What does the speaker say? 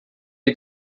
die